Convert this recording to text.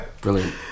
Brilliant